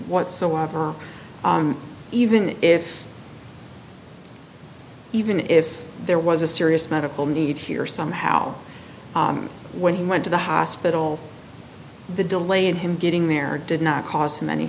whatsoever even if even if there was a serious medical need here somehow when he went to the hospital the delay of him getting there did not cause him any